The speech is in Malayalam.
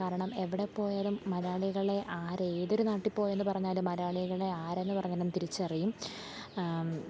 കാരണം എവിടെ പോയാലും മലയാളികളെ ആരെ ഏതൊരു നാട്ടിൽ പോയെന്ന് പറഞ്ഞാലും മലയാളികളെ ആരെന്ന് പറഞ്ഞാലും തിരിച്ചറിയും